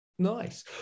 Nice